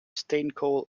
steenkool